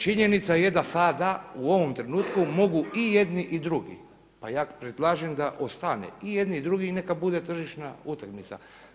Činjenica je da sada u ovom trenutku mogu i jedni i drugi, pa ja predlažem da ostane i jedni i drugi i neka bude tržišna utakmica.